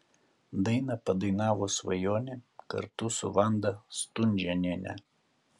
dainą padainavo svajonė kartu su vanda stunžėniene